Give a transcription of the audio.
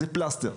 זה פלסטר.